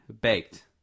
Baked